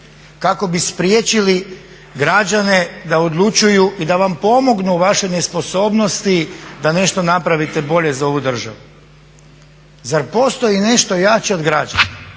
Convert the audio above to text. kako bi spriječili građane da odlučuju i da vam pomognu u vašoj nesposobnosti da nešto napravite bolje za ovu državu. Zar postoji nešto jače od građana?